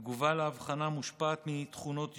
התגובה לאבחנה מושפעת מתכונות אישיות,